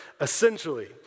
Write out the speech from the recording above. Essentially